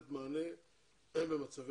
הנושא